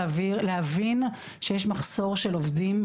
להבין שיש מחסור של עובדים,